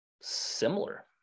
similar